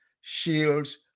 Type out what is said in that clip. shields